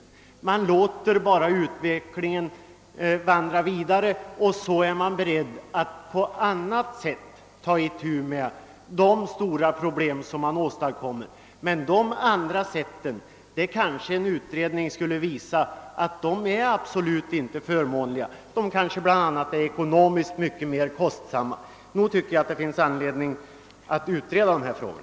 Man låter bara utvecklingen gå vidare och vill ta itu med de stora problem, som härigenom uppkommer, på annat sätt. En utredning skulle kanske emellertid visa att dessa andra vägar absolut inte är förmånliga. De blir måhända ekonomiskt mer kostsamma. Jag tycker där för att det finns anledning att utreda dessa frågor.